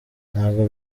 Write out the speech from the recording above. ntabwo